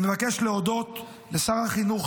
אני מבקש להודות לשר החינוך,